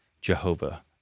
Jehovah